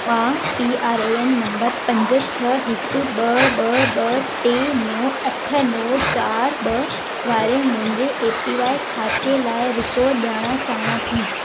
मां PRAN number पंज छह हिकु ब॒ ब॒ ब॒ टे नव अठ नव चार ब॒ वारे मुंहिंजे एपीवाइ खाते लाइ विचूर ॼाणणु चाहियां थी